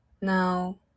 Now